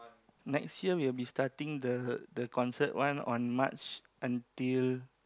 next year we'll be starting the the concert one on March until